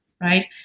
Right